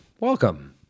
Welcome